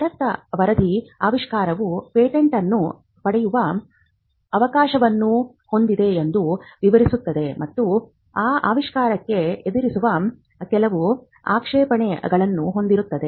ತಟಸ್ಥ ವರದಿಯು ಆವಿಷ್ಕಾರವು ಪೇಟೆಂಟ್ ಅನ್ನು ಪಡೆಯುವ ಅವಕಾಶವನ್ನು ಹೊಂದಿದೆ ಎಂದು ವಿವರಿಸುತ್ತದೆ ಮತ್ತು ಆ ಆವಿಷ್ಕಾರಕ್ಕೆ ಎದುರಿಸುವ ಕೆಲವು ಆಕ್ಷೇಪಣೆಗಳನ್ನು ಹೊಂದಿರುತ್ತದೆ